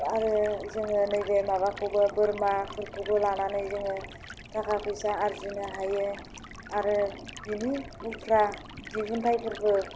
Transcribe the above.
आरो जोङो नैबे माबाखौबो बोरमाफोरखौबो लानानै जोङो थाखा फैसा आरजिनो हायो आरो बेनि उफ्रा दिहुन्थाइफोरबो